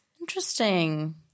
Interesting